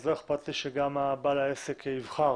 לא אכפת לי שגם בעל העסק יבחר